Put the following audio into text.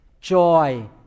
joy